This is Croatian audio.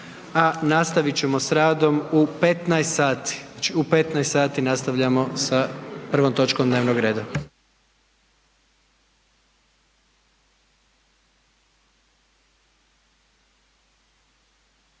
a nastavit ćemo s radom u 15 sati. U 15 sati nastavljamo sa prvom točkom dnevnog reda.